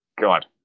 God